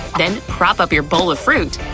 then prop up your bowl of fruit.